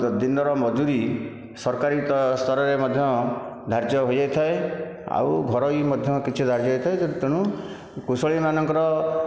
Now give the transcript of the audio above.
ଦିନର ମଜୁରି ସରକାରୀଙ୍କ ସ୍ତରରେ ମଧ୍ୟ ଧାର୍ଯ୍ୟ ହୋଇଯାଇଥାଏ ଆଉ ଘରୋଇ ମଧ୍ୟ କିଛି ଧାର୍ଯ୍ୟ ହୋଇଥାଏ ଯେ ତେଣୁ କୁଶଳୀମାନଙ୍କର